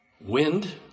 Wind